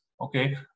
okay